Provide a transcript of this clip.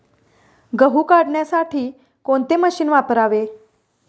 गहू काढण्यासाठी कोणते मशीन वापरावे?